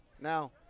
Now